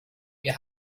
wir